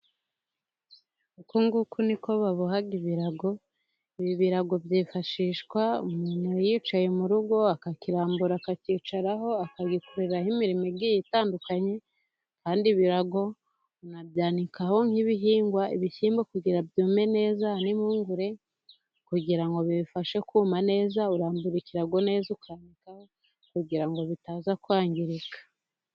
Uku nguku ni ko baboha ibirago. Ibi birago byifashishwa umuntu yicaye mu rugo, akakirambura akacyicaraho, akagikoreraho imirimo igiye itandukanye, kandi ibirago unabyanikaho nk'ibihingwa. Ibishyimbo kugira byume neza, n'impungure kugira ngo ubifashe kuma neza. Urambura ikirago neza ukanikaho ugira ngo bitaza kwangirika.